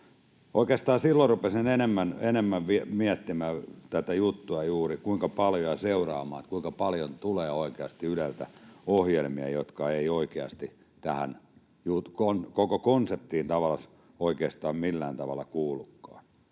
Oikeastaan juuri silloin rupesin enemmän miettimään tätä juttua ja seuraamaan, kuinka paljon tulee oikeasti Yleltä ohjelmia, jotka eivät oikeasti tähän koko konseptiin oikeastaan millään tavalla kuulukaan.